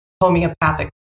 homeopathic